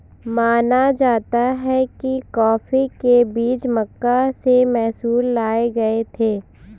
माना जाता है कि कॉफी के बीज मक्का से मैसूर लाए गए थे